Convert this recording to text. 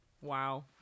Wow